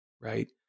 right